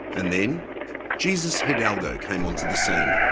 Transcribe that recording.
and then jesus hidalgo came onto the scene.